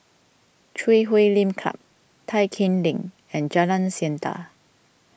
Chui Huay Lim Club Tai Keng Lane and Jalan Siantan